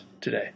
today